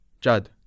Jad